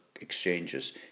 exchanges